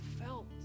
felt